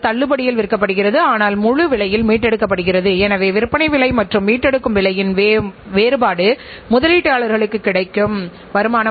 உங்கள் வாடிக்கையாளர் உங்களை ஆதரிப்பதை நிறுத்தினால் உங்கள் நிறுவனத்தின் நோக்கம்தோற்கடிக்கப்படுகிறது